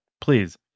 Please